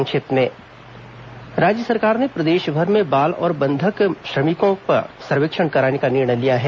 संक्षिप्त समाचार राज्य सरकार ने प्रदेशभर में बाल और बंधक श्रमिकों के सर्वेक्षण कराने का निर्णय लिया है